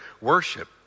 worship